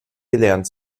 gelernt